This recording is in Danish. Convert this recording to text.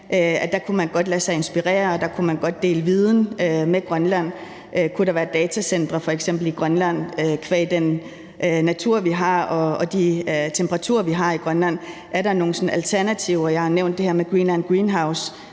er i gang med at blive et foregangsland for. Kunne der f.eks. være datacentre i Grønland qua den natur, vi har, og de temperaturer, vi har i Grønland? Er der nogle sådan alternativer? Jeg har nævnt det her med Greenland Greenhouse